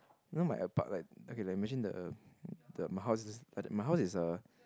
you know my apart right okay like imagine the the my house is like the my house is a